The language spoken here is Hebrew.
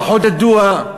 פחות ידוע,